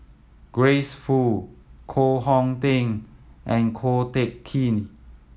Grace Fu Koh Hong Teng and Ko Teck Kin